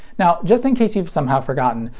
now just in case you've somehow forgotten,